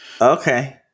Okay